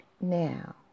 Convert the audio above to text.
Now